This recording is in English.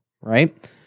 right